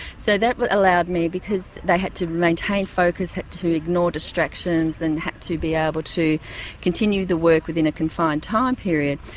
so that but allowed me, because they had to maintain focus, had to ignore distractions and had to be ah able to continue the work within a confined time period,